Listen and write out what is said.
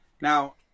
Now